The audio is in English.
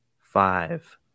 five